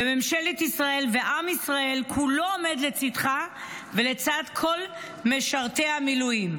וממשלת ישראל ועם ישראל כולו עומדים לצידך ולצד כל משרתי המילואים,